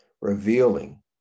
revealing